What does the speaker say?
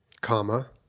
Comma